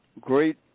great